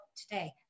today